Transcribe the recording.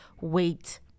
wait